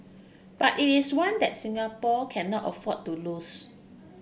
but it is one that Singapore cannot afford to lose